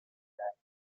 jack